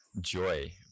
joy